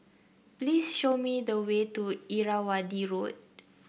please show me the way to Irrawaddy Road